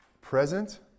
present